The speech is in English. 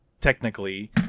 technically